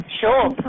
Sure